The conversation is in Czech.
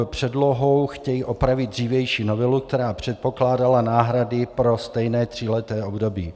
Předlohou chtějí opravit dřívější novelu, která předpokládala náhrady pro stejné tříleté období.